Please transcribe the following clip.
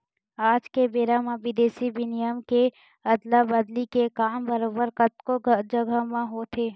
आज के बेरा म बिदेसी बिनिमय के अदला बदली के काम बरोबर कतको जघा म होथे